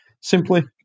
simply